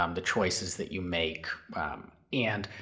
um the choices that you make and